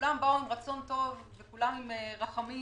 כולם באו עם רצון טוב וכולם עם רחמים